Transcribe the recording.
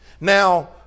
Now